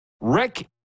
Rick